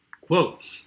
Quote